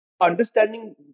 understanding